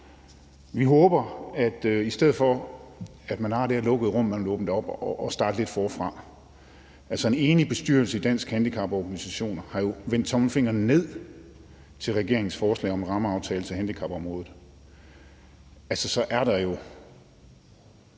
Vi håber, at man i stedet for, at man har det her lukkede rum, vil åbne det op og starte lidt forfra. En enig bestyrelse i Danske Handicaporganisationer har jo vendt tommelfingeren ned til regeringens forslag om en rammeaftale på handicapområdet.